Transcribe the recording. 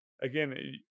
again